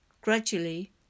gradually